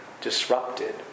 disrupted